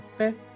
okay